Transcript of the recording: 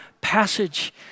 passage